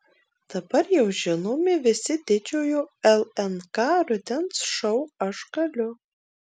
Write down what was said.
dabar jau žinomi visi didžiojo lnk rudens šou aš galiu